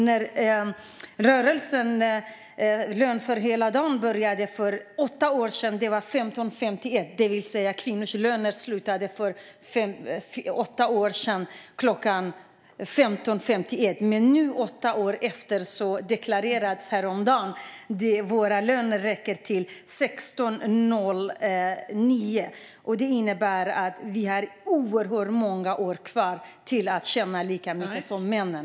När rörelsen Lön hela dagen startade för åtta år sedan fick kvinnor lön bara till klockan 15.51. Nu, åtta år senare, deklarerades häromdagen att vi får lön till klockan 16.09. Det innebär att vi har oerhört många år kvar tills vi tjänar lika mycket som männen.